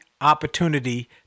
opportunity